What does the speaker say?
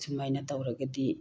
ꯑꯁꯨꯃꯥꯏꯅ ꯇꯧꯔꯒꯗꯤ